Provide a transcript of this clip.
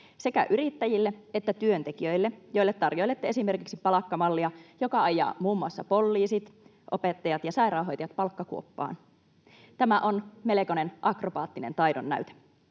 sekä yrittäjille että työntekijöille, joille tarjoilette esimerkiksi palkkamallia, joka ajaa muun muassa poliisit, opettajat ja sairaanhoitajat palkkakuoppaan — tämä on melkoinen akrobaattinen taidonnäyte.